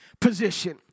position